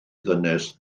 ddynes